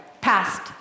passed